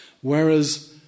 Whereas